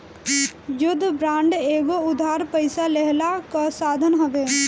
युद्ध बांड एगो उधार पइसा लेहला कअ साधन हवे